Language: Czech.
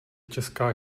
česká